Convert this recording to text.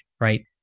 right